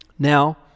Now